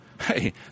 hey